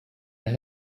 that